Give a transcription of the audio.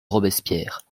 robespierre